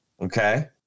Okay